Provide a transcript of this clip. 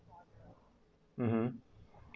mmhmm